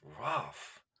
rough